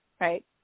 right